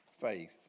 faith